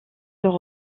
leur